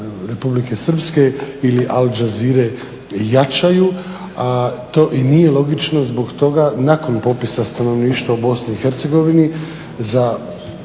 Republike Srpske ili Al Jazeere jačaju. To i nije logično zbog toga nakon popisa stanovništva u BiH za